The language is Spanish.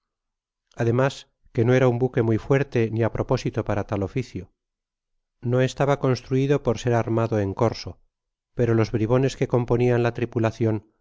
además que no era un buque muy fuerte ni á propósito para tal oficio no estaba construido por ser armade en corso pero les bribones que componían la tripulacion